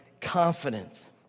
confidence